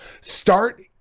start